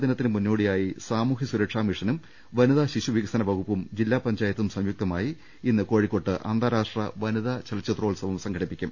രംഭട്ടിട്ടുള ലോക വനിതാദിനത്തിന് മുന്നോടിയായി സാമൂഹൃസുരക്ഷാ മിഷനും വനിതാ ശിശുവികസന വകുപ്പും ജില്ലാ പഞ്ചായത്തും സംയുക്തമായി ഇന്ന് കോഴിക്കോട്ട് അന്താരാഷ്ട്ര വനിതാ ചലച്ചിത്രോത്സവം സംഘടിപ്പിക്കും